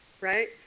right